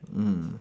mm